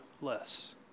less